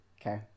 Okay